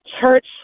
church